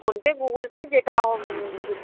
phone pay Google Pay যেটা খুশি